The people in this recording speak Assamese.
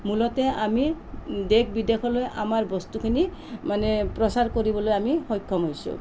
মূলতে আমি দেশ বিদেশলৈ আমাৰ বস্তুখিনি মানে প্ৰচাৰ কৰিবলৈ আমি সক্ষম হৈছোঁ